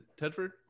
Tedford